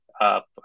up